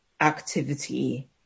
activity